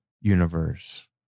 universe